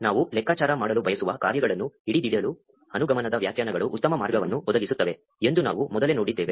ನಾವು ಲೆಕ್ಕಾಚಾರ ಮಾಡಲು ಬಯಸುವ ಕಾರ್ಯಗಳನ್ನು ಹಿಡಿದಿಡಲು ಅನುಗಮನದ ವ್ಯಾಖ್ಯಾನಗಳು ಉತ್ತಮ ಮಾರ್ಗವನ್ನು ಒದಗಿಸುತ್ತವೆ ಎಂದು ನಾವು ಮೊದಲೇ ನೋಡಿದ್ದೇವೆ